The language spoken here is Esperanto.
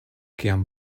kiam